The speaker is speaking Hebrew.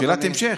שאלת המשך,